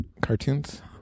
cartoons